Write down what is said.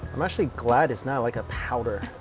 i'm actually glad it's not like a powder.